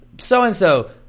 so-and-so